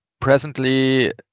presently